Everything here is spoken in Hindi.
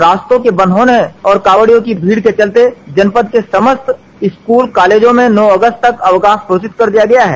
रास्तों के बंद होने और कांवडियों की भीड़ के चलते जनपद के समस्त स्कूल कॉलेजों में नौ अगस्त तक अवकाश घोषित कर दिया गया है